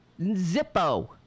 Zippo